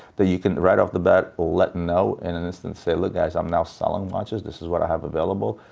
that you can, right off the bat, let know in an instant and say, look guys, i'm now selling watches. this is what i have available.